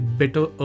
better